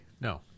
No